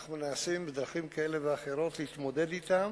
שאנחנו מנסים בדרכים כאלה ואחרות להתמודד אתו,